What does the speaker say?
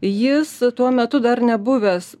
jis tuo metu dar nebuvęs